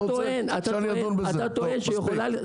רוצה שאני אדון בזה --- אתה טוען --- סליחה,